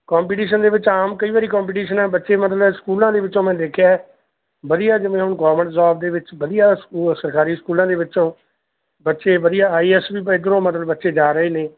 competition ਦੇ ਵਿੱਚ ਆਮ ਕਈ ਵਾਰੀ ਕੰਪੀਟੀਸ਼ਨ ਆ ਬੱਚੇ ਮਤਲਬ ਸਕੂਲਾਂ ਦੇ ਵਿੱਚੋਂ ਮੈਂ ਦੇਖਿਆ ਵਧੀਆ ਜਿਵੇਂ ਹੁਣ ਗਵਰਮੈਂਟ ਜੋਬ ਦੇ ਵਿੱਚ ਵਧੀਆ ਸਰਕਾਰੀ ਸਕੂਲਾਂ ਦੇ ਵਿੱਚੋਂ ਬੱਚੇ ਵਧੀਆ ਆਈ ਐਸ ਵੀ ਇੱਧਰੋਂ ਮਤਲਬ ਬੱਚੇ ਜਾ ਰਹੇ ਨੇ